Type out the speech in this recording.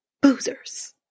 Boozers